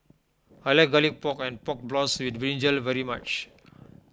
I like Garlic Pork and Pork Floss with Brinjal very much